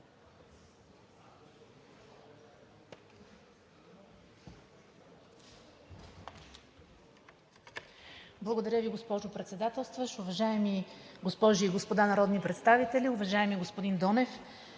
Благодаря, госпожо Председателстващ. Уважаеми госпожи и господа народни представители, уважаеми господин Донев!